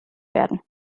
werden